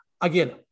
again